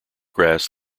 grass